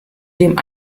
dem